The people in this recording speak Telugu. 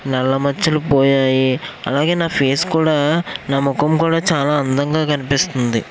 నల్ల మచ్చలు పోయాయి అలాగే నా పేస్ కూడ నా ముఖం కూడ చాలా అందంగా కనిపిస్తుంది